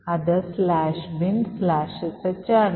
അത് "binsh" ആണ്